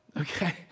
okay